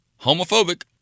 Homophobic